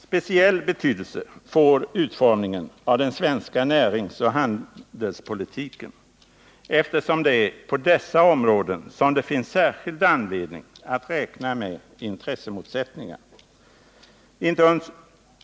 Speciell betydelse får utformningen av den svenska näringsoch handelspolitiken, eftersom det är på dessa områden som det finns särskild anledning att räkna med intressemotsättningar.